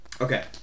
Okay